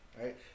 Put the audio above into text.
right